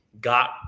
got